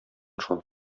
шул